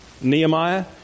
Nehemiah